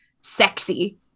sexy